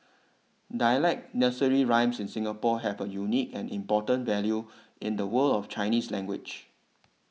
dialect nursery rhymes in Singapore have a unique and important value in the world of Chinese language